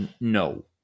no